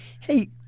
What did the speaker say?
hey